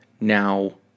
now